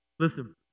Listen